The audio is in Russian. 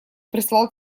прислал